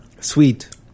sweet